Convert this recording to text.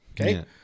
Okay